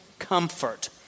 comfort